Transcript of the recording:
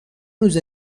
روز